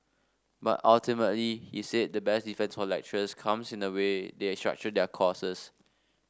but ultimately he said the best defence for lecturers comes in the way they structure their courses